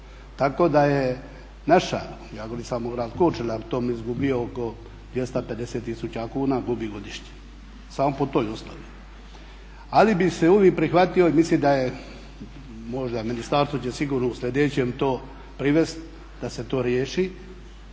Tako da je naša, ja govorim samo … Korčula, to izgubio oko 250 tisuća kuna gubi godišnje samo po toj osnovi. Ali bi se uvijek prihvatio i mislim da je možda ministarstvo će sigurno u slijedećem to privesti da se to riješi,